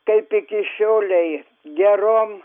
kaip iki šiolei gerom